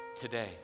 today